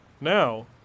Now